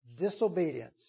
Disobedience